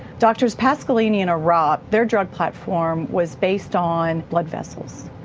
doctors pasqualini and arap, their drug platform was based on blood vessels.